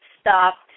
stopped